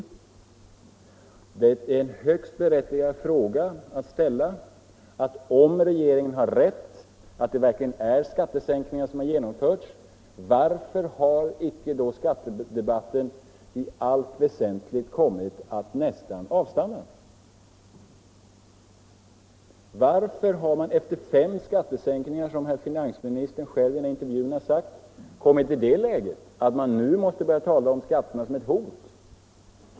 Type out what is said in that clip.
Det är högt berättigdt att ställa följande fråga: Om regeringen har rätt när den säger att det verkligen är skattesänkningar som har genomförts, varför har då icke skattedebatten i allt väsentligt kommit att nästan avstanna? Varför har man efter fem skattesänkningar, som finansministern själv i en intervju sagt, kommit i det läget att man nu måste börja tala om skatterna som ett hot?